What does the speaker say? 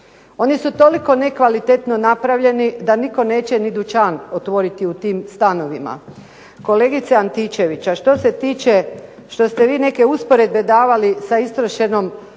Oni su toliko nekvalitetno napravljeni da nitko neće ni dućan otvoriti u tim stanovima. Kolegice Antičević, a što se tiče što ste vi neke usporedbe davali sa istrošenom